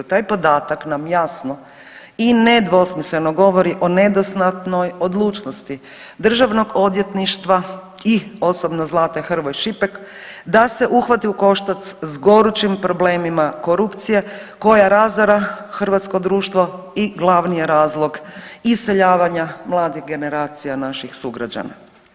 Taj podatak nam jasno i nedvosmisleno govori o nedostatnoj odlučnosti državnog odvjetništva i osobno Zlate Hrvoj Šipek da se uhvati u koštac s gorućim problemima korupcije koja razara hrvatsko društvo i glavni je razlog iseljavanja mladih generacija naših sugrađana.